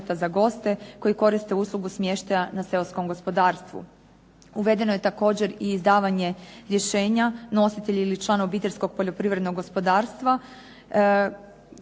za goste koji koriste uslugu smještaja na seoskom gospodarstvu. Uvedeno je također i izdavanje rješenja nositelj ili član obiteljskog poljoprivrednog gospodarstva